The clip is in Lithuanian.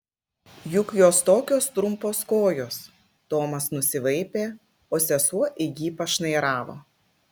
juk jos tokios trumpos kojos tomas nusivaipė o sesuo į jį pašnairavo